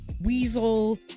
weasel